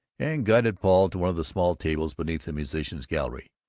and guided paul to one of the small tables beneath the musicians'-gallery.